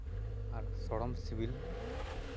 ᱟᱨ ᱥᱚᱲᱚᱢ ᱥᱤᱵᱤᱞ